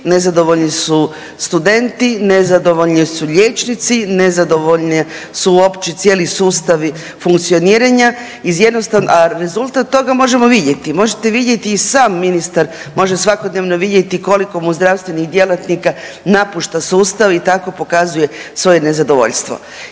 nezadovoljni su studenti, nezadovoljni su liječnici, nezadovoljni su uopće cijeli sustavi funkcioniranja iz jednostavnog, a rezultat toga možemo vidjeti, možete vidjeti, i sam ministar može svakodnevno vidjeti koliko mu zdravstvenih djelatnika napušta sustav i tako pokazuje svoje nezadovoljstvo.